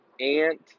Ant